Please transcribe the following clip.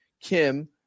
Kim